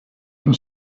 for